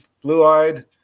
blue-eyed